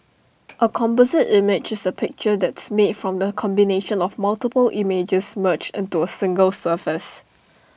A composite image is A picture that's made from the combination of multiple images merged into A single surface